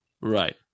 Right